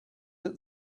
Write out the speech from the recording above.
that